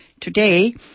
Today